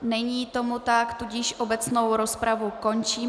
Není tomu tak, tudíž obecnou rozpravu končím.